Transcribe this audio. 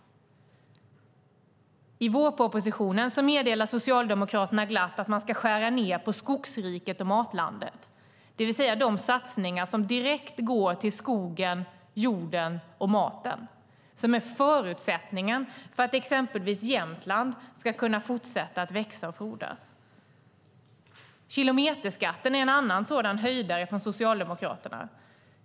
I sitt vårbudgetförslag meddelar Socialdemokraterna glatt att man ska skära ned på Skogsriket och Matlandet, det vill säga de satsningar som direkt går till skogen, jorden och maten och är förutsättningen för att exempelvis Jämtland ska kunna fortsätta att växa och frodas. Kilometerskatten är en annan sådan höjdare från Socialdemokraterna.